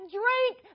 drink